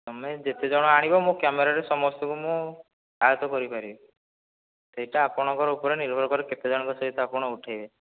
ତମେ ଯେତେ ଜଣ ଆଣିବ ମୋ କ୍ୟାମେରା ରେ ସମସ୍ତଙ୍କୁ ମୁଁ ଆଡ଼ କରିପାରିବି ସେହିଟା ଆପଣଙ୍କ ଉପରେ ନିର୍ଭର କରେ କେତେ ଜଣଙ୍କ ସହ ଆପଣ ଉଠାଇବେ